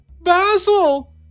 basil